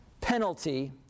penalty